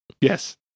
Yes